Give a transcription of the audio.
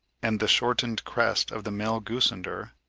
and the shortened crest of the male goosander,